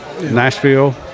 Nashville